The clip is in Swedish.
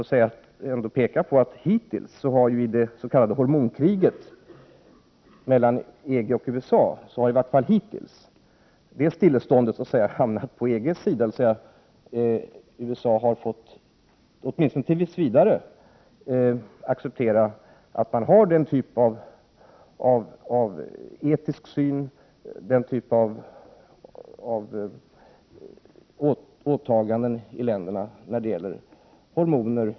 Låt mig ändå peka på att det i det s.k. hormonkriget mellan EG och USA för närvarande råder ett stillestånd på EG:s sida, vilket innebär att USA, åtminstone tills vidare, får acceptera EG:s etiska syn och ländernas åtaganden när det gäller hormoner.